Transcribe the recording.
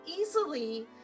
easily